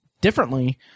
differently